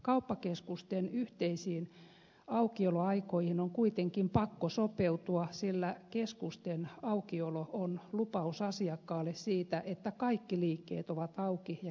kauppakeskusten yhteisiin aukioloaikoihin on kuitenkin pakko sopeutua sillä keskusten aukiolo on lupaus asiakkaalle siitä että kaikki liikkeet ovat auki ja käytettävissä